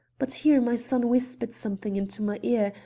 but here my son whispered something into my ear,